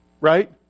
right